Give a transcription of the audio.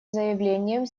заявлением